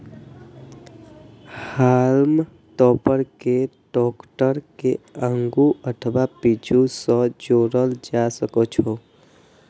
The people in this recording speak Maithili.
हाल्म टॉपर कें टैक्टर के आगू अथवा पीछू सं जोड़ल जा सकै छै